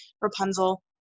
Rapunzel